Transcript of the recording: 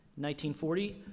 1940